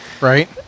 Right